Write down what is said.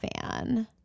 fan